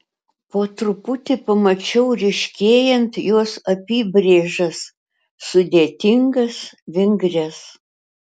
po truputį pamačiau ryškėjant jos apybrėžas sudėtingas vingrias